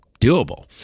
doable